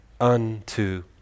unto